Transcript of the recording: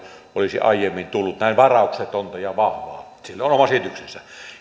olisi aiemmin tullut näin varauksetonta ja vahvaa sille on oma selityksensä